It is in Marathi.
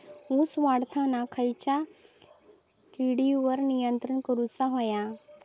ऊस वाढताना खयच्या किडींवर नियंत्रण करुक व्हया?